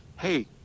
hey